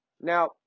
Now